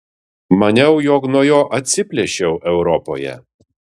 maniau jog nuo jo atsiplėšiau europoje